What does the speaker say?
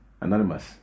Anonymous